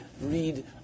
read